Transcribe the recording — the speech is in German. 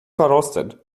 verrostet